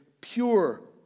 pure